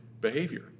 behavior